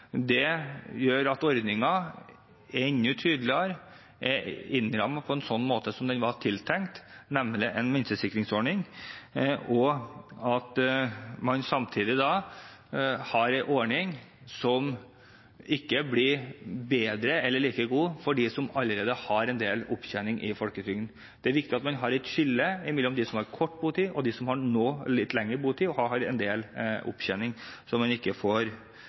Det gjør at ordningen – enda tydeligere – er innrammet på den måten den var tiltenkt, nemlig som en minsteinntektsikringsordning, samtidig som man har en ordning som ikke blir bedre eller like god som for dem som allerede har en del opptjening i folketrygden. Det er viktig at man har et skille mellom dem som har kort botid, og dem som har litt lengre botid og har en del opptjening, slik at de som har opptjening, ikke